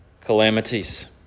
calamities